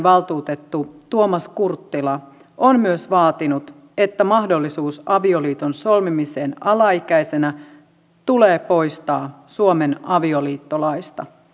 lapsiasiavaltuutettu tuomas kurttila on myös vaatinut että mahdollisuus avioliiton solmimiseen alaikäisenä tulee poistaa suomen avioliittolaista